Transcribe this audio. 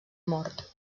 mort